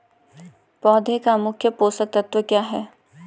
पौधें का मुख्य पोषक तत्व क्या है?